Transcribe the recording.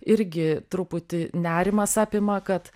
irgi truputį nerimas apima kad